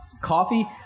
Coffee